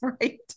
right